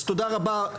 אז תודה רבה,